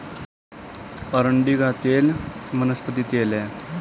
अरंडी का तेल वनस्पति तेल है